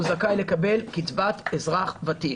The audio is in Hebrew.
הוא זכאי לקבל קצבת אזרח ותיק.